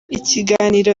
ikiganiro